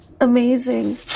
amazing